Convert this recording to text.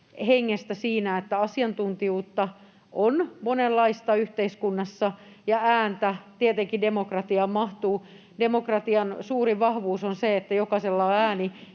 hengestä, että asiantuntijuutta on monenlaista yhteiskunnassa, ja ääntä tietenkin demokratiaan mahtuu. Demokratian suurin vahvuus on se, että jokaisella on ääni,